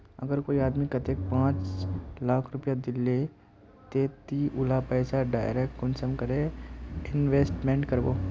अगर कोई आदमी कतेक पाँच लाख रुपया दिले ते ती उला पैसा डायरक कुंसम करे इन्वेस्टमेंट करबो?